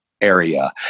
area